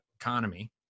economy